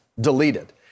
deleted